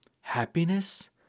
happiness